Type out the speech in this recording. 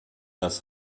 das